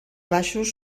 baixos